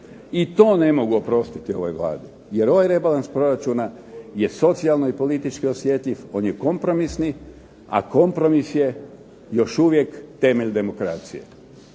I to ne mogu oprostiti ovoj Vladi, jer ovaj rebalans proračuna je socijalno i politički osjetljiv, on je kompromisni, a kompromis je još uvijek temelj demokracije.